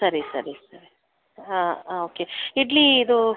ಸರಿ ಸರಿ ಸರಿ ಹಾಂ ಓಕೆ ಇಡ್ಲಿ ಇದು